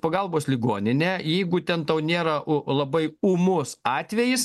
pagalbos ligoninę jeigu ten tau nėra labai ūmus atvejis